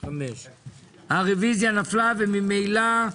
5. הצבעה הרוויזיה לא נתקבלה הרוויזיה לא התקבלה.